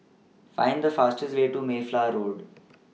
Find The fastest Way to Mayflower Road